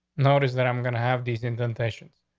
notice that i'm gonna have these indentations.